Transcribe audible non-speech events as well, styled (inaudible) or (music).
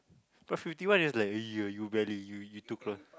but fifty one is like (noise) you very you you took lah